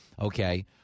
Okay